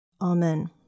Amen